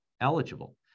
eligible